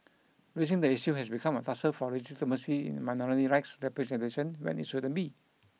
raising the issue has become a tussle for legitimacy in minority rights representation when it shouldn't be